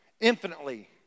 infinitely